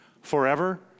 forever